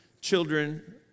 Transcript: Children